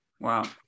wow